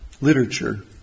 literature